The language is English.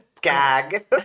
gag